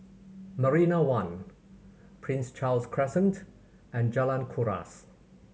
Marina One Prince Charles Crescent and Jalan Kuras